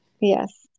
Yes